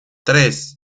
tres